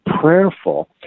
prayerful